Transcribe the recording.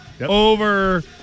over